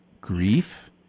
grief